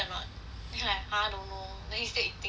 then like pa don't know then he still like eating eating